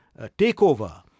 takeover